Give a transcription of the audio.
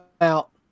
out